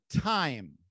time